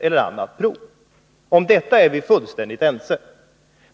Om detta är innebörden är vi fullständigt ense.